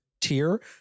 tier